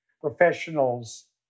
professionals